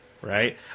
right